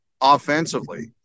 offensively